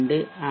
32 ஏ